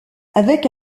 avec